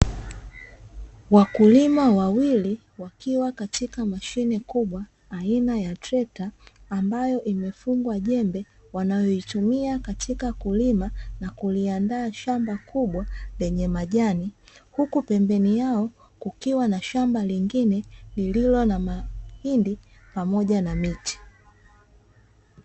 Wakulima wawili wakiwa katika mashine kubwa aina ya trekta, ambayo imefungwa jembe wanayoitumika katika kulima na kuliandaa shamba kubwa lenye majani; huku pembeni yao kukiwa na shamba lingine lililo na mahindi pamoja na miti.